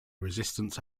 resistance